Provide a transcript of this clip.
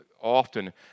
often